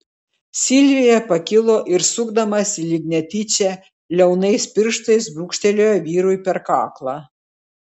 silvija pakilo ir sukdamasi lyg netyčia liaunais pirštais brūkštelėjo vyrui per kaklą